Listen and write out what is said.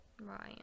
Right